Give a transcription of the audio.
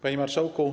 Panie Marszałku!